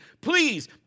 please